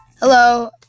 Hello